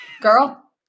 Girl